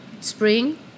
spring